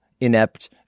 inept